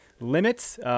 Limits